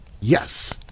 Yes